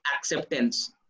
acceptance